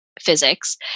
physics